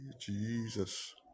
Jesus